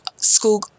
school